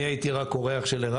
אני הייתי רק אורח של ערן.